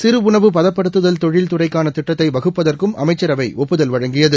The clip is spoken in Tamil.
சிறு உணவு பதப்படுத்துதல் தொழில் துறைக்காள திட்டத்தை வகுப்பதற்கும் அமைச்சரவை ஒப்புதல் வழங்கியது